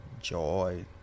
joy